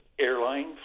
airline